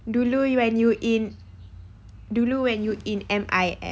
dulu when you in dulu when you in M_I eh